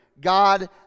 God